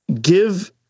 give